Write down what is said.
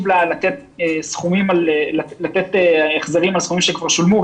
לתת החזרים על סכומים שכר שולמו.